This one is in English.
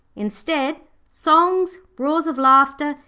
instead, songs, roars of laughter,